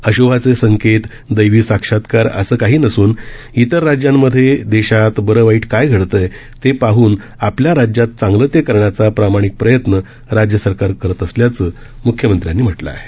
अश्भाचे संकेत दैवी साक्षात्कार असं काही नसून इतर राज्यांमध्ये देशात बरं वाईट काय घडतय ते पाहन आपल्या राज्यात चांगलं ते करण्याचा प्रामाणिक प्रयत्न राज्य सरकार करत असल्याचं मुख्यमंत्र्यांनी म्हटलं आहे